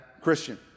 Christian